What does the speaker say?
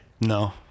No